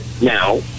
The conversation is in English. now